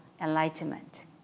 enlightenment